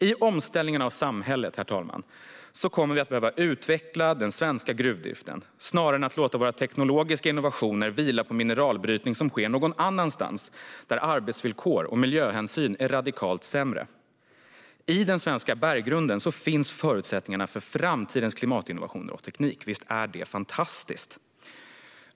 I omställningen av samhället, herr talman, kommer vi att behöva utveckla den svenska gruvdriften snarare än att låta våra teknologiska innovationer vila på mineralbrytning som sker någon annanstans där arbetsvillkor och miljöhänsyn är radikalt sämre. I den svenska berggrunden finns förutsättningarna för framtidens klimatinnovationer och ny teknik - visst är det fantastiskt!